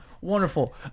Wonderful